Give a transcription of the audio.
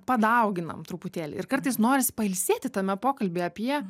padauginam truputėlį ir kartais norisi pailsėti tame pokalbyje apie